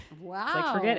Wow